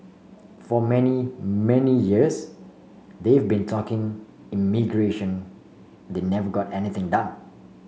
for many many years they've been talking immigration they never got anything done